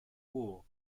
war